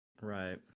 right